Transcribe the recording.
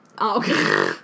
okay